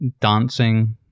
dancing